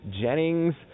Jennings